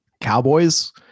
cowboys